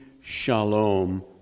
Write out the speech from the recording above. shalom